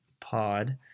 pod